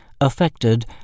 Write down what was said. affected